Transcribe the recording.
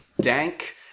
Dank